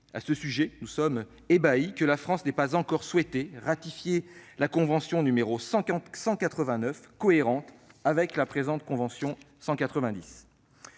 À ce sujet, nous sommes ébahis que la France n'ait pas encore souhaité ratifier la convention n° 189, cohérente avec la présente convention n° 190.